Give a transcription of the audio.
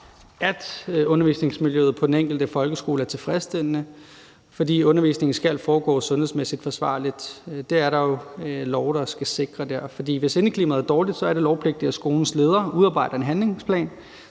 at undervisningsmiljøet på den enkelte folkeskole er tilfredsstillende, for undervisningen skal foregå sundhedsmæssigt forsvarligt, og det er der jo love der skal sikre, for hvis indeklimaet er dårligt, er det lovpligtigt, at skolens ledere udarbejder en handlingsplan,